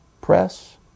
Press